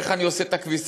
איך אני עושה את הכביסה,